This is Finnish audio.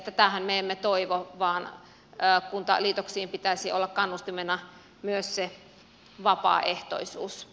tätähän me emme toivo vaan kuntaliitoksiin pitäisi olla kannustimena myös se vapaaehtoisuus